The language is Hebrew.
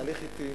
בתהליך אטי,